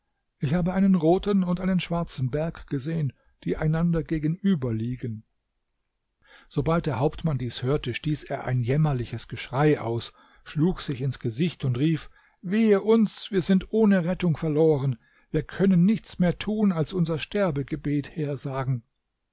ich habe einen roten und einen schwarzen berg gesehen die einander gegenüber liegen sobald der hauptmann dies hörte stieß er ein jämmerliches geschrei aus schlug sich ins gesicht und rief wehe uns wir sind ohne rettung verloren wir können nichts mehr tun als unser sterbegebet hersagen